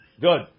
Good